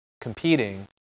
competing